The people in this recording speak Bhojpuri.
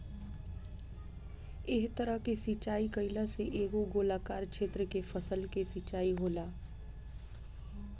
एह तरह के सिचाई कईला से एगो गोलाकार क्षेत्र के फसल के सिंचाई होला